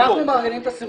לא.